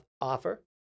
offer